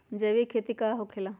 जैविक खेती का होखे ला?